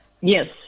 yes